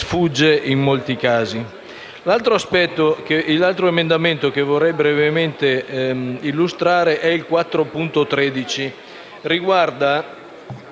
L'altro emendamento che vorrei brevemente illustrare e il 4.13,